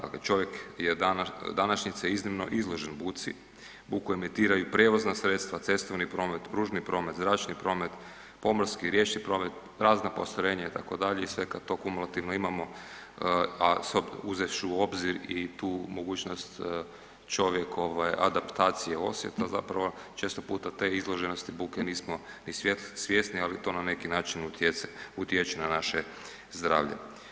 Dakle, čovjek današnjice iznimno izloženost buci, buku emitiraju i prijevozna sredstva, cestovni promet, pružni promet, zračni promet, pomorski i riječni promet, razna postrojenja itd., i sve kad to kumulativno imamo, a uzevši u obzir i tu mogućnost čovjekove adaptacije osjeta, zapravo često puta te izloženosti buke nismo ni svjesni ali to na neki način utječe na naše zdravlje.